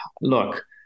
look